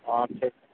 ହଁ ଠିକ୍